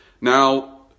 Now